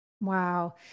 Wow